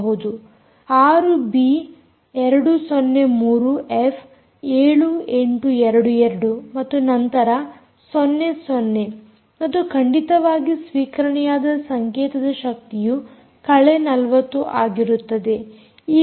6 B 203 F 7822 ಮತ್ತು ನಂತರ 0 0 ಮತ್ತು ಖಂಡಿತವಾಗಿ ಸ್ವೀಕರಣೆಯಾದ ಸಂಕೇತದ ಶಕ್ತಿಯು ಕಳೆ 40 ಆಗಿರುತ್ತದೆ